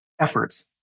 efforts